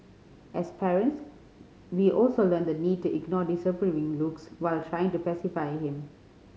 as parents we also learn the need to ignore disapproving looks while trying to pacify him